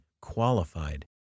qualified